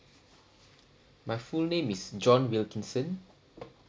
my full name is john wilkinson